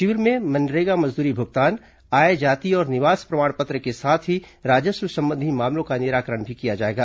शिविर में मनरेगा मजदूरी भुगतान आय जाति और निवास प्रमाण पत्र के साथ राजस्व संबंधी मामलों का निराकरण किया जाएगा